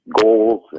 goals